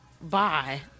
Bye